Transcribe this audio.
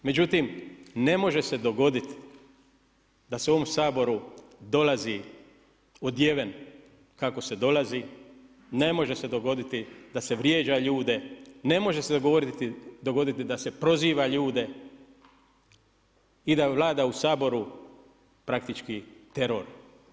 Međutim ne može se dogoditi da se u ovom Saboru dolazi odjeven kako se dolazi, ne može se dogoditi da se vrijeđa ljude, ne može se dogoditi da se proziva ljude i da vlada u Saboru praktički teror.